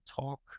talk